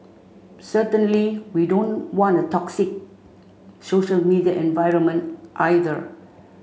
certainly we don't want a toxic social media environment either